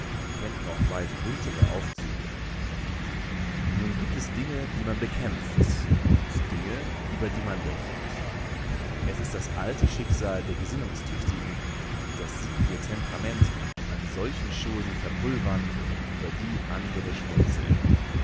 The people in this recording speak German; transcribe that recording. kennt noch weit buntere aufzüge nun gibt es dinge die man bekämpft und dinge über die man lächelt es ist das alte schicksal der gesinnungstüchtigen daß sie ihr temperament an solchen chosen verpulvern über die andere schmunzeln